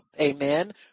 Amen